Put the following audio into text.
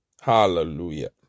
Hallelujah